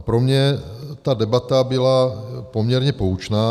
Pro mě ta debata byla poměrně poučná.